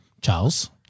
Charles